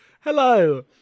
Hello